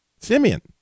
Simeon